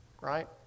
Right